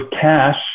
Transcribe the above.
cash